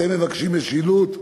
אתם מבקשים משילות,